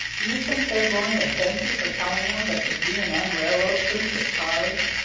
do you think they're going to thank you for telling em that the g. and m. railroad couldn't get cars?